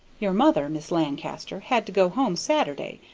your mother, mis' lancaster, had to go home saturday,